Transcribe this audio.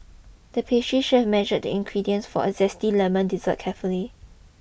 the pastry chef measured the ingredients for a zesty lemon dessert carefully